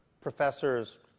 professors